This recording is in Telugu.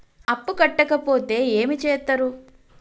అప్పు కట్టకపోతే ఏమి చేత్తరు?